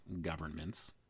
governments